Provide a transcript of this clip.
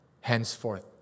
henceforth